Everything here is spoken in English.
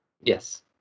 Yes